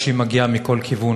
כשהיא מגיעה מכל כיוון.